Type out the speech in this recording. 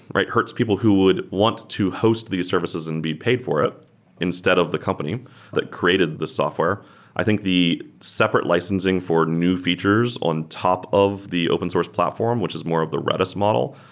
hurts people who would want to host these services and be paid for it instead of the company that created the software i think the separate licensing for new features on top of the open source platform, which is more of the redis model,